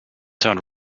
sound